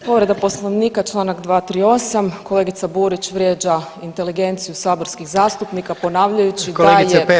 Povreda poslovnika čl. 238. kolegica Burić vrijeđa inteligenciju saborskih zastupnika ponavljajući da je